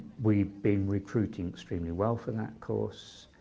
we've been recruiting extremely well for that course.